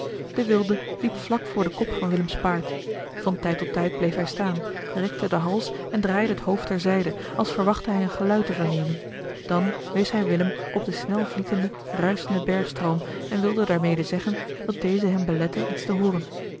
de wilde liep vlak voor den kop van willems paard van tijd tot tijd bleef hij staan rekte den hals en draaide het hoofd ter zijde als verwachtte hij een geluid te vernemen dan wees hij willem op den snelvlietenden ruischenden bergstroom en wilde daarmede zeggen dat deze hem belette iets te hooren